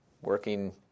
working